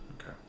Okay